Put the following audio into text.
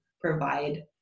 provide